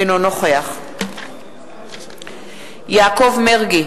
אינו נוכח יעקב מרגי,